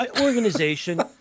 organization